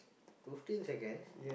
fifteen seconds